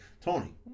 Tony